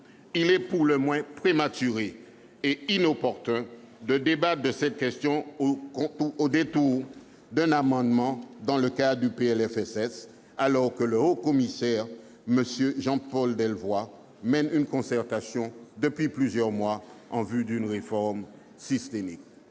il est pour le moins prématuré et inopportun de débattre de cette question au détour d'un amendement dans le cadre du PLFSS, alors que le Haut-Commissaire, M. Jean-Paul Delevoye, mène une concertation depuis plusieurs mois en vue d'une réforme systémique.